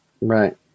Right